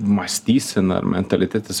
mąstysena mentalitetas